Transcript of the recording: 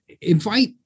invite